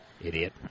Idiot